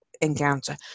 encounter